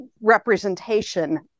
representation